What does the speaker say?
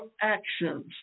actions